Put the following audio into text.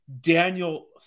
Daniel